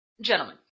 gentlemen